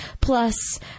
plus